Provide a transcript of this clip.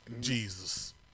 Jesus